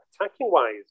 attacking-wise